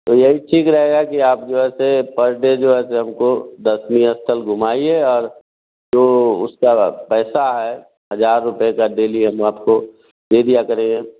तो यही ठीक रहेगा की आप जो है से पर डे जो है ऐसे हमको दर्शनीय स्थल घुमाइए और जो उसका पैसा है हज़ार रुपये का डेली हम आपको दे दिया करें